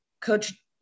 Coach